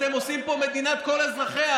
אתם עושים פה מדינת כל אזרחיה.